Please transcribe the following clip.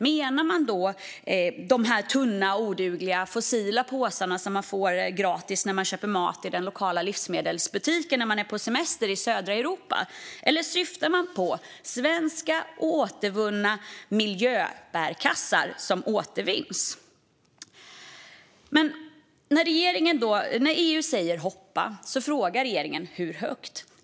Menar man de tunna, odugliga och fossila påsar som man får gratis när man köper mat i den lokala livsmedelsbutiken när man är på semester i södra Europa - eller syftar man på svenska, återvunna miljöbärkassar som återvinns? Men när EU säger "Hoppa!" frågar den svenska regeringen "Hur högt?".